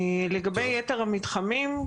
לגבי יתר המתחמים,